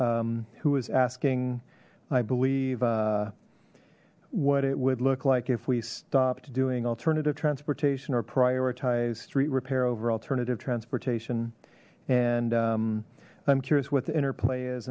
who is asking i believe what it would look like if we stopped doing alternative transportation or prioritized street repair over alternative transportation and i'm curious what the interplay is